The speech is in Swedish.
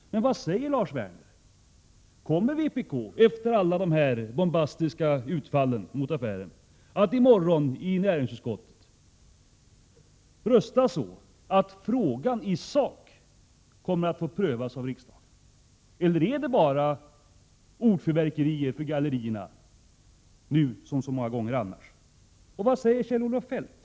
Men vad säger Lars Werner? Kommer vpk efter alla de bombastiska utfallen mot affären att i näringsutskottet i morgon rösta så, att frågan i sak kommer att få prövas av riksdagen? Eller är det bara ordfyrverkerier för gallerierna, nu som så många gånger annars? Och vad säger Kjell-Olof Feldt?